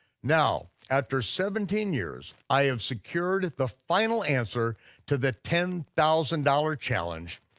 now, after seventeen years, i have secured the final answer to the ten thousand dollars challenge,